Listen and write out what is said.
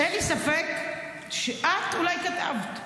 אין לי ספק שאת אולי כתבת,